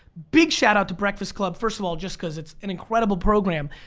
big shout out to breakfast club first of all just cause it's an incredible program,